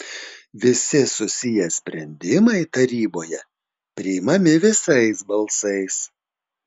visi susiję sprendimai taryboje priimami visais balsais